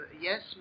Yes